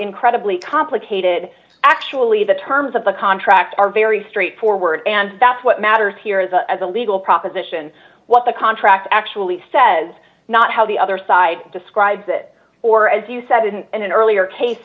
incredibly complicated actually the terms of the contract are very straightforward and that's what matters here is a as a legal proposition what the contract actually says not how the other side describes it or as you said in an earlier case